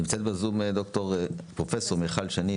נמצאת בזום פרופ' מיכל שני,